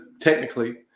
technically